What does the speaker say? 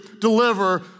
deliver